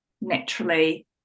naturally